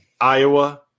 Iowa